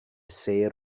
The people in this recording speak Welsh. sêr